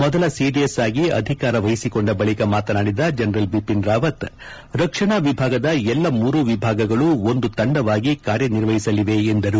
ಮೊದಲ ಸಿಡಿಎಸ್ ಆಗಿ ಅಧಿಕಾರ ವಹಿಸಿಕೊಂಡ ಬಳಿಕ ಮಾತನಾಡಿದ ಜನರಲ್ ಬಿಪಿನ್ ರಾವತ್ ರಕ್ಷಣಾ ವಿಭಾಗದ ಎಲ್ಲ ಮೂರು ವಿಭಾಗಗಳು ಒಂದು ತಂಡವಾಗಿ ಕಾರ್ಯನಿರ್ವಹಿಸಲಿವೆ ಎಂದರು